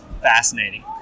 fascinating